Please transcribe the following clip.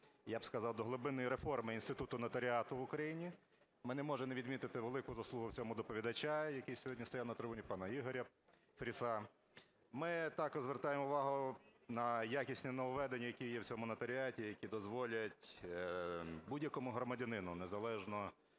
я б сказав до глибинної реформи інституту нотаріату в Україні. Ми не можемо не відмітити велику заслугу в цьому доповідача, який сьогодні стояв на трибуні, пана Ігоря Фріса. Ми також звертаємо увагу на якісні нововведення, які є в цьому нотаріаті, які дозволять будь-якому громадянину незалежно